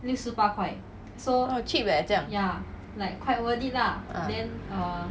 so cheap leh 这样 ah